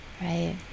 right